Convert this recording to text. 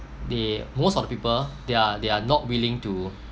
they most of the people they are they are not willing to